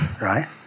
right